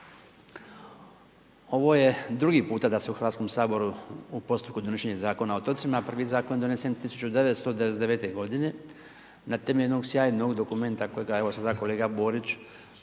Ovo je drugi puta da se u Hrvatskom saboru u postupku donošenja Zakona o otocima. Prvi Zakon je donesen 1999. godine na temelju jednog sjajnog dokumenta koje ga je evo, sada kolega Borić,